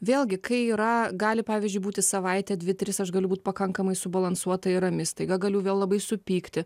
vėlgi kai yra gali pavyzdžiui būti savaitę dvi tris aš galiu būti pakankamai subalansuota ir rami staiga galiu vėl labai supykti